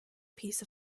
piece